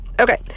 Okay